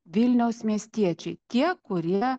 vilniaus miestiečiai tie kurie